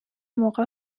موقع